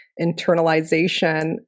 internalization